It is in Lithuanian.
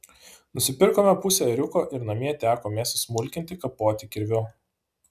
nusipirkome pusę ėriuko ir namie teko mėsą smulkinti kapoti kirviu